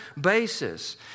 basis